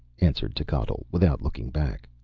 answered techotl, without looking back.